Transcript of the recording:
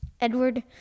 Edward